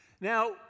now